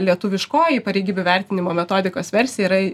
lietuviškoji pareigybių vertinimo metodikos versija yra